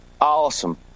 Awesome